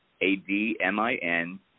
A-D-M-I-N